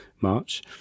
March